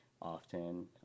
often